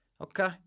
Okay